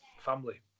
family